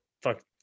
fuck